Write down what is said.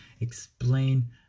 Explain